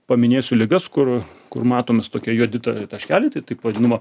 paminėsiu ligas kur kur matom mes tokie juodi taškeliai tai taip vadinama